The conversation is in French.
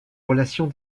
relations